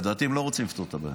לדעתי, הם לא רוצים לפתור את הבעיה.